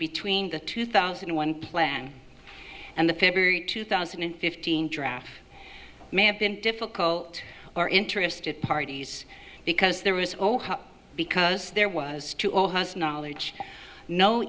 between the two thousand and one plan and the february two thousand and fifteen draft may have been difficult or interested parties because there was or because there was too or has knowledge no